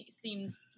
seems